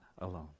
alone